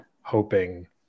hoping